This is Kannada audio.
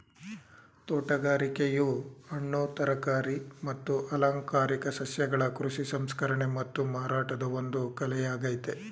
ತೋಟಗಾರಿಕೆಯು ಹಣ್ಣು ತರಕಾರಿ ಮತ್ತು ಅಲಂಕಾರಿಕ ಸಸ್ಯಗಳ ಕೃಷಿ ಸಂಸ್ಕರಣೆ ಮತ್ತು ಮಾರಾಟದ ಒಂದು ಕಲೆಯಾಗಯ್ತೆ